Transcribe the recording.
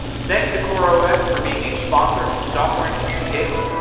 thanks to coreos for being a sponsor of software engineering daily.